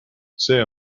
see